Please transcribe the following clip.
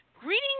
greetings